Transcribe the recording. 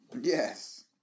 Yes